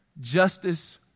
justice